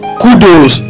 kudos